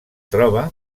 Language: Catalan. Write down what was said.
troba